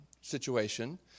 situation